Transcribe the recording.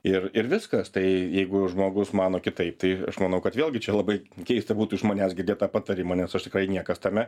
ir ir viskas tai jeigu žmogus mano kitaip tai aš manau kad vėlgi čia labai keista būtų iš manęs girdėt tą patarimą nes aš tikrai niekas tame